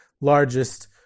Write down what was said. largest